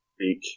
speak